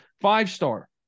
five-star